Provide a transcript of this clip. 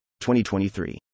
2023